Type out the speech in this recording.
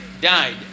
died